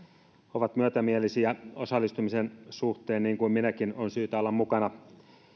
ovat myötämielisiä osallistumisen suhteen niin kuin minäkin on syytä olla mukana